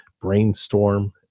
brainstorm